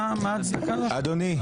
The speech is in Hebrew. אדוני,